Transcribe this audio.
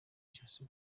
ijosi